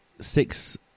Six